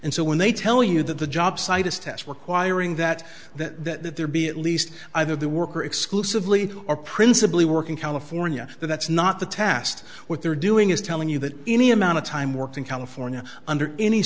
and so when they tell you that the job site is test requiring that that there be at least either the worker exclusively or principally work in california but that's not the tast what they're doing is telling you that any amount of time work in calif under any